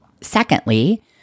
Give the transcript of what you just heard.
Secondly